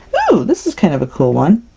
oh! this is kind of a cool one.